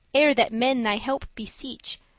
ere that men thine help beseech,